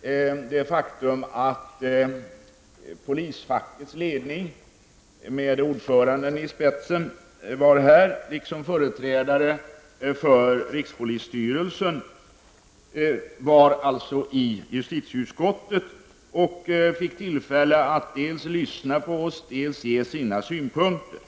redovisas det faktum att polisfackets ledning med ordföranden i spetsen liksom företrädare för rikspolisstyrelsen har besökt justitieutskottet och fått tillfälle att dels lyssna på oss, dels ge sina synpunkter.